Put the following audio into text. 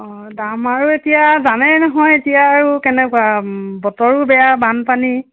অঁ দাম আৰু এতিয়া জানেই নহয় এতিয়া আৰু কেনেকুৱা বতৰো বেয়া বানপানী